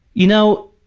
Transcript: you know,